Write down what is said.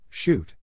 Shoot